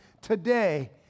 today